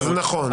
נכון.